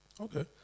Okay